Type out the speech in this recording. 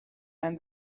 and